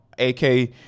AK